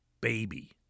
baby